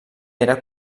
era